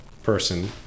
Person